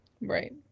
Right